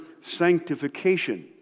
sanctification